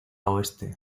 oeste